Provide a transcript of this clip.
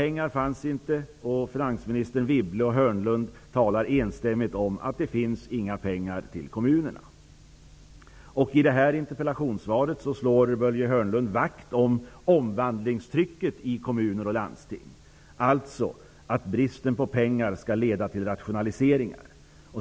Wibble och Hörnlund talar enstämmigt om att det inte finns några nya pengar till kommunerna. I interpellationssvaret slår Börje Hörnlund vakt om omvandlingstrycket i kommuner och landsting, dvs. att bristen på pengar skall leda till rationaliseringar.